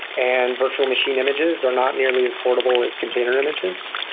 and virtual machine images are not nearly as portable as container images.